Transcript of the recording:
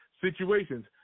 situations